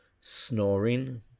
snoring